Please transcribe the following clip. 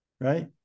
Right